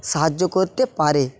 সাহায্য করতে পারে